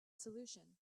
solution